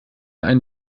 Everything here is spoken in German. ein